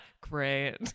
Great